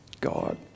God